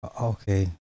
okay